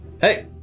hey